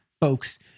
folks